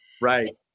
Right